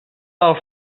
del